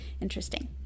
Interesting